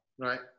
Right